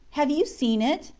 have you seen it?